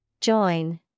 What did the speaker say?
Join